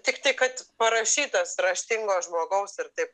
tik tai kad parašytas raštingo žmogaus ir taip